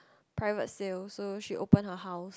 private sale so she open her house